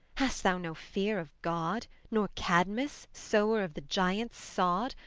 hast thou no fear of god, nor cadmus, sower of the giants' sod,